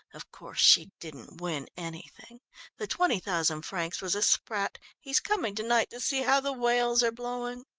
of course she didn't win anything. the twenty thousand francs was a sprat he's coming to-night to see how the whales are blowing!